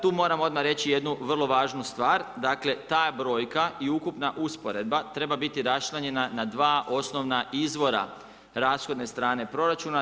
Tu moram odmah reći jednu vrlo važnu stvar, dakle ta brojka i ukupna usporedba treba biti raščlanjena na dva osnovna izvora rashodne strane proračuna.